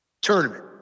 tournament